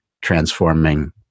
transforming